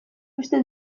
uste